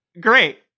Great